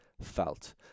felt